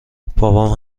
بابام